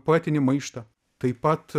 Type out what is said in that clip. poetinį maištą taip pat